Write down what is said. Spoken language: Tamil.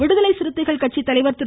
விடுதலை சிறுத்தைகள் கட்சி தலைவர் திரு